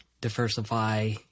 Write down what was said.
diversify